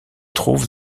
trouve